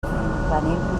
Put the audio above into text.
venim